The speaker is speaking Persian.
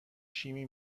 شیمی